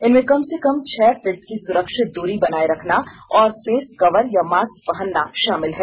इनमें कम से कम छह फीट की सुरक्षित दूरी बनाए रखना और फेस कवर या मास्क पहनना शामिल है